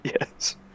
Yes